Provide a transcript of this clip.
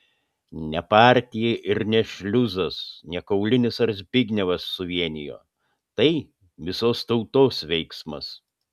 ne partija ir ne šliuzas ne kaulinis ar zbignevas suvienijo tai visos tautos veiksmas